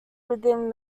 within